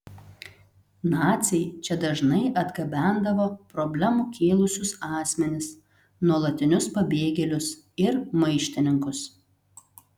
naciai čia dažnai atgabendavo problemų kėlusius asmenis nuolatinius pabėgėlius ir maištininkus